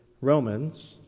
Romans